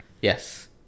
Yes